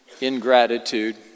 ingratitude